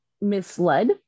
misled